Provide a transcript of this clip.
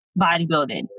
bodybuilding